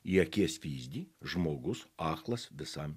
į akies vyzdį žmogus aklas visam